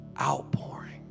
Outpouring